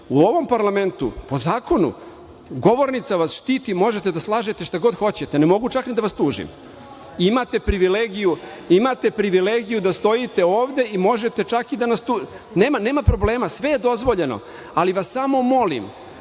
U ovom parlamentu, po zakonu, govornica vas štiti, možete da slažete šta god hoćete, ne mogu čak ni da vas tužim. Imate privilegiju da stojite ovde i možete čak… Nema problema, sve je dozvoljeno, ali vas samo molim